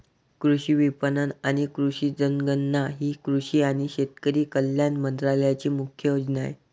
कृषी विपणन आणि कृषी जनगणना ही कृषी आणि शेतकरी कल्याण मंत्रालयाची मुख्य योजना आहे